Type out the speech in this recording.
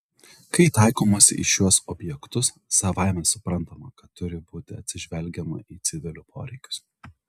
kai taikomasi į šiuos objektus savaime suprantama kad turi būti atsižvelgiama į civilių poreikius